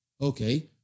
Okay